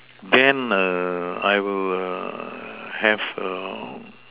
then err I will err have a